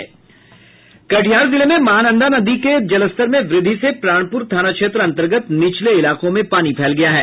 कटिहार जिले में महानंदा नदी के जलस्तर में वृद्धि से प्राणपुर थाना क्षेत्र अंतर्गत निचले इलाकों में पानी फैल गया है